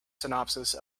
synopsis